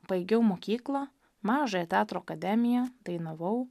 baigiau mokyklą mažojo teatro akademiją dainavau